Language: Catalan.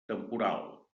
temporal